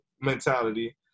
mentality